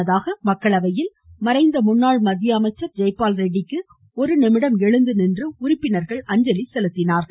முன்னதாக மக்களவையில் மறைந்த முன்னாள் மத்திய அமைச்சர் ஜெய்ப்பால் ரெட்டிக்கு ஒரு நிமிடம் எழுந்து நின்று அஞ்சலி செலுத்தப்பட்டது